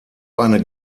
eine